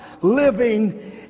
living